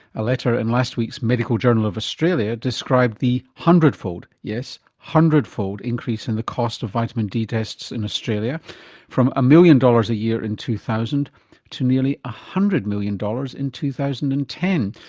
a letter in last week's medical journal of australia described the hundredfold, yes hundredfold increase in the cost of vitamin d tests in australia from a million dollars a year in two thousand to nearly a hundred million dollars in two thousand and ten.